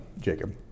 jacob